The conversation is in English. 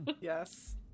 yes